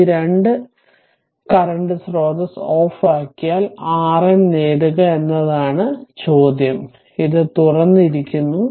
ഈ രണ്ട് കറന്റ് സ്രോതസ്സ് ഓഫാക്കിയാൽ RN നേടുക എന്നതാണ് ചോദ്യം ഇത് തുറന്നിരിക്കുന്നു